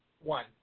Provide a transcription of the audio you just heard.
one